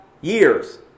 years